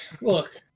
Look